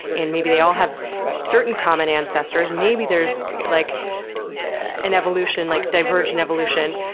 and maybe they all have certain common ancestors. and maybe there's like an evolution, like divergent evolution.